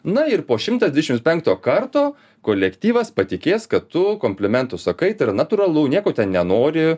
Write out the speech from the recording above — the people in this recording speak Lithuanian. na ir po šimtas dvidešimts penkto karto kolektyvas patikės kad tu komplimentus sakai tai yra natūralu nieko ten nenori